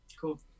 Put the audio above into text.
Cool